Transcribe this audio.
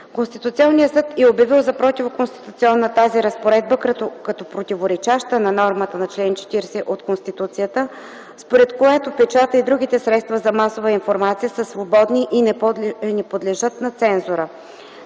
Конституционният съд е обявил за противоконституционна тази разпоредба, като противоречаща на нормата на чл. 40 от Конституцията, според която печатът и другите средства за масова информация са свободни и не подлежат на цензура;